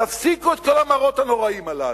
תפסיקו את כל המראות הנוראיים הללו,